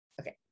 Okay